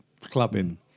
clubbing